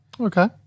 Okay